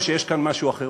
או שיש כאן משהו אחר?